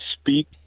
speak